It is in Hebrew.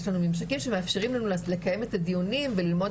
יש לנו ממשקים שמאפשרים לנו לקיים את הדיונים וללמוד